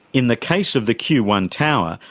in the case of the q one tower,